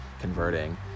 converting